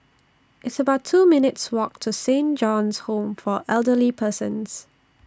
It's about two minutes' Walk to Saint John's Home For Elderly Persons